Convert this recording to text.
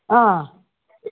ആ